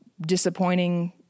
disappointing